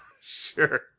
Sure